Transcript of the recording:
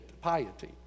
piety